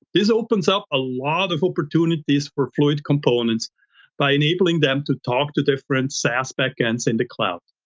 this opens up a lot of opportunities for fluid components by enabling them to talk to different saas backends in the cloud.